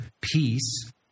peace